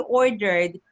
ordered